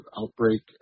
outbreak